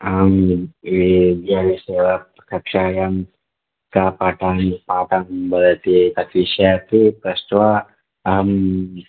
अहं ये विद्यालयस्य एव कक्षायां के पाठाः पाठः भवति तत् विषये तु प्रष्ट्वा अहं